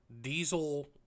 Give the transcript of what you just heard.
diesel